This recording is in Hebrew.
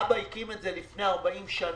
האבא הקים את זה לפני 40 שנה,